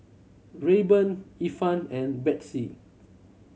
Rayban Ifan and Betsy